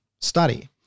study